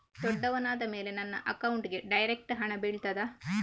ದೊಡ್ಡವನಾದ ಮೇಲೆ ನನ್ನ ಅಕೌಂಟ್ಗೆ ಡೈರೆಕ್ಟ್ ಹಣ ಬೀಳ್ತದಾ?